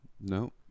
no